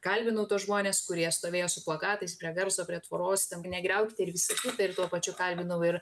kalbinau tuos žmones kurie stovėjo su plakatais prie garso prie tvoros ten negriaukite ir visa kita ir tuo pačiu kalbinau ir